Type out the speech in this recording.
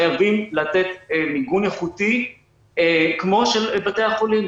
חייבים לתת מיגון איכותי כמו של בתי החולים,